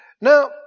Now